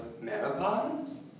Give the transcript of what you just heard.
menopause